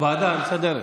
ועדה מסדרת.